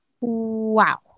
Wow